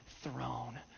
Throne